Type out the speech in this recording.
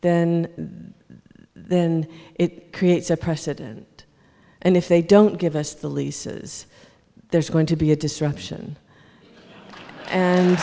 the then it creates a precedent and if they don't give us the leases there's going to be a disruption